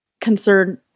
concern